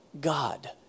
God